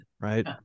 right